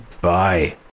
bye